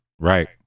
Right